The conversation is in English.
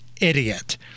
idiot